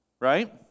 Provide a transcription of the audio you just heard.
right